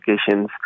applications